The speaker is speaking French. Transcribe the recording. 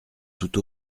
toute